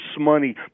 money